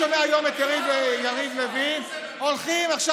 אני שומע היום את יריב לוין: הולכים עכשיו